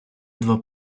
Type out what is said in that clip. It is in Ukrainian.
два